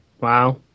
wow